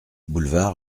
boulevard